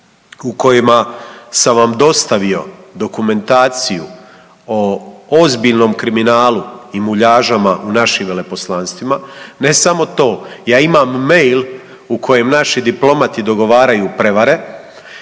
u kojima sam vam dostavio dokumentaciju o ozbiljnom kriminalu i muljažama u našim veleposlanstvima, ne samo to, ja imam mail u kojem naši diplomati dogovaraju prevare,